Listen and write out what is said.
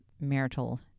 marital